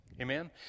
Amen